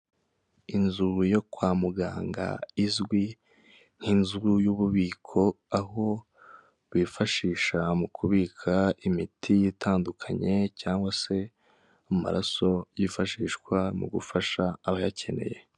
Inzu yo kwa muganga izwi nk'inzu y'ububiko, aho bwifashisha mu kubika imiti itandukanye cyangwa se amaraso yifashishwa mu gufasha abayakeneye.